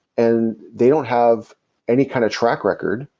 and they don't have any kind of track record,